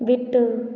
விட்டு